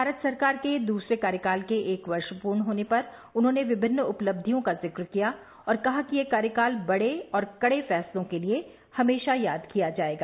भारत सरकार के दूसरे कार्यकाल के एक वर्ष पूर्ण होने पर उन्होंने विभिन्न उपलबियों का जिक्र किया और कहा यह कार्यकाल बड़े और कड़े फैसलों के लिये हमेशा याद किया जायेगा